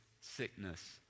sickness